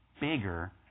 bigger